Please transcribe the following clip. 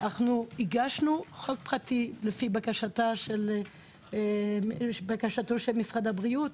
אנחנו הגשנו חוק פרטי, לפי בקשתו של משרד הבריאות